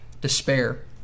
despair